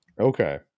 Okay